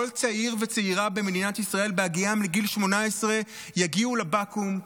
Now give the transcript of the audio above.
כל צעיר וצעירה במדינת ישראל בהגיעם לגיל 18 יגיעו לבקו"ם,